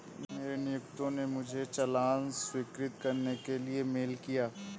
मेरे नियोक्ता ने मुझे चालान स्वीकृत करने के लिए मेल किया